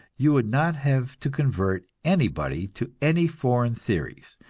you would not have to convert anybody to any foreign theories,